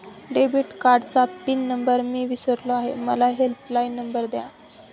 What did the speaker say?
debit कार्डचा pin number मी विसरलो आहे मला हेल्पलाइन नंबर द्या